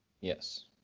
Yes